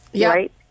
right